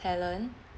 talent